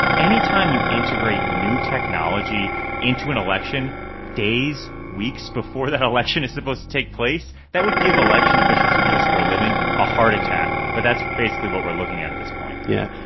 anytime you integrate new technology into an election days, weeks before that election is supposed to take place, that would give election officials who do this for a living a heart attack. but that's basically what we're looking at at this point yeah.